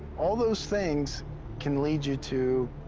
all those things can lead you to.